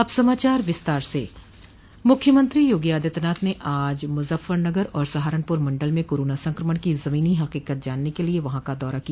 मुख्यमंत्री योगी आदित्यनाथ ने आज मुजफ्फरनगर और सहारनपुर मंडल में कोरोना संक्रमण की जमीनी हकीकत जानने के लिये वहां का दौरा किया